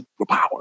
superpower